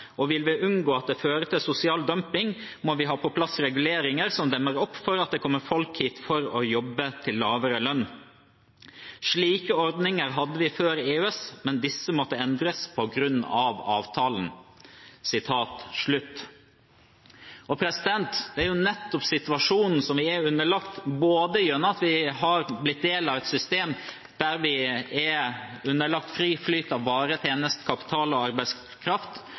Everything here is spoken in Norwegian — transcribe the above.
og vil vi unngå at det fører til sosial dumping må vi ha på plass reguleringer som demmer opp for at det kommer folk hit for å jobbe med lavere lønn. Slike ordninger hadde vi før EØS, men disse måtte endres på grunn av avtalen.» Det er nettopp det vi er underlagt – både det at vi er blitt del av et system der vi er underlagt fri flyt av varer, kapital, tjenester og arbeidskraft,